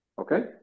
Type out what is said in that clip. Okay